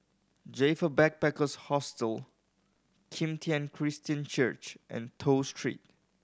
Joyfor Backpackers' Hostel Kim Tian Christian Church and Toh Street